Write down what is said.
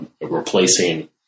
replacing